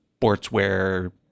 sportswear